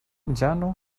llano